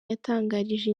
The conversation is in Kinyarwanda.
yatangarije